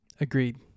Agreed